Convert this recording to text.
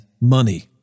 money